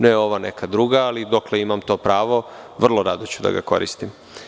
Ne ova, neka druga, ali dokle imamo to pravo vrlo rado ću da ga koristim.